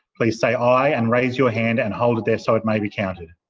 please say aye and raise your hand and hold it there so it may be counted.